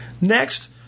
Next